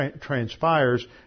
transpires